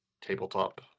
Tabletop